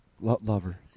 Lover